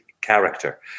character